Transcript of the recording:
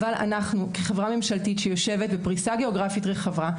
אבל אנחנו כחברה ממשלתית שיושבת בפריסה גיאוגרפית רחבה,